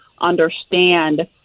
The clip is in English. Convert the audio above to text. understand